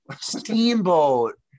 steamboat